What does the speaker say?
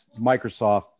Microsoft